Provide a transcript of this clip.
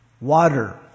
Water